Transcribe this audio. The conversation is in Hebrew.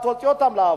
ותוציאו אותם לעבוד.